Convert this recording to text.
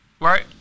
Right